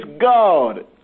God